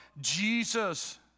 Jesus